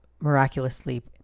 miraculously